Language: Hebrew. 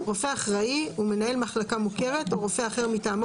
"רופא אחראי" מנהל מחלקה מוכרת או רופא אחר מטעמו